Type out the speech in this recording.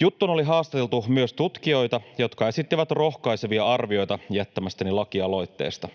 Juttuun oli haastateltu myös tutkijoita, jotka esittivät rohkaisevia arvioita jättämästäni lakialoitteesta.